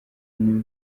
nabi